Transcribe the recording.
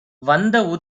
வந்த